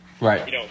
Right